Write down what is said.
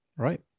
Right